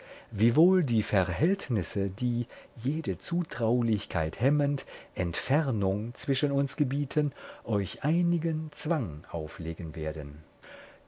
wiewohl die verhältnisse die jede zutraulichkeit hemmend entfernung zwischen uns gebieten euch einigen zwang auflegen werden